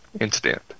incident